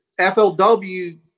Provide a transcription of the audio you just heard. FLW